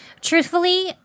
Truthfully